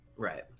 right